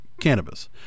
cannabis